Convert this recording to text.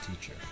teacher